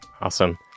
awesome